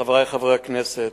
חברי חברי הכנסת,